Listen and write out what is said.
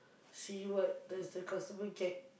see what does the customer get